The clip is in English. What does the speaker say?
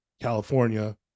California